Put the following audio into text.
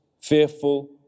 fearful